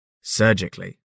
surgically